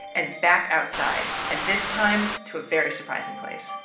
and back outside. and this time, to a very surprising place.